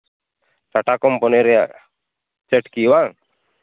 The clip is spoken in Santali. ᱴᱟᱴᱟ ᱠᱳᱢᱯᱟᱱᱤ ᱨᱮᱭᱟᱜ ᱪᱟᱹᱴᱠᱤ ᱦᱮᱸᱵᱟᱝ